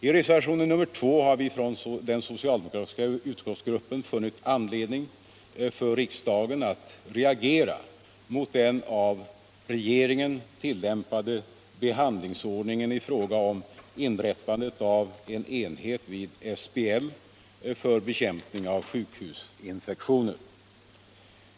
I reservationen 2 har vi från den socialdemokratiska utskottsgruppen funnit anledning för riksdagen att reagera mot den av regeringen tilllämpade behandlingsordningen i fråga om inrättandet av en enhet vid SBL för bekämpning av sjukhusinfektioner.